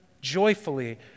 joyfully